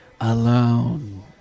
alone